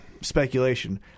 speculation